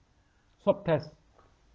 swab test